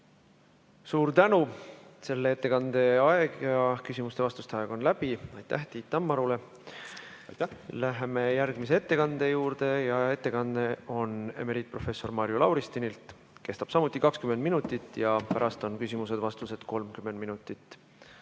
Suur tänu! Selle ettekande aeg ja küsimuste-vastuste aeg on läbi. Aitäh Tiit Tammarule! Läheme järgmise ettekande juurde. Ettekanne on emeriitprofessor Marju Lauristinilt, see kestab samuti 20 minutit ja pärast on küsimused-vastused 30 minutit.